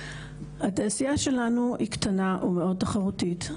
התעשייה שלנו היא קטנה, ומאוד תחרותית.